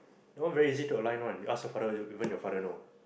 that one very easy to align ah you ask your father even your father know